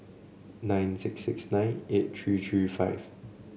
nine six six nine eight three three five